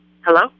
Hello